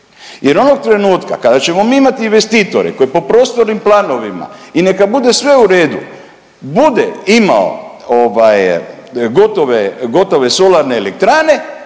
Jer onog trenutka kada ćemo mi imati investitore koji po prostornim planovima i neka bude sve u redu bude imamo ovaj gotove, gotove solarne elektrane